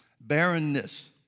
Barrenness